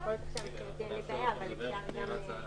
התייעצות סיעתית.